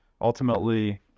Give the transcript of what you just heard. Ultimately